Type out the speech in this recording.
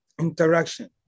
interaction